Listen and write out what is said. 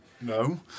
No